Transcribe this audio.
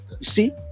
See